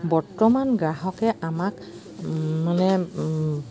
বৰ্তমান গ্ৰাহকে আমাক মানে